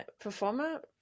performer